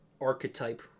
archetype